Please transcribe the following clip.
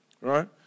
right